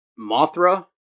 Mothra